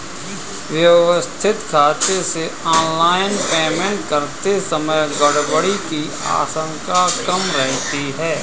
व्यवस्थित खाते से ऑनलाइन पेमेंट करते समय गड़बड़ी की आशंका कम रहती है